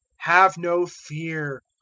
have no fear.